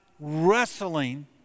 wrestling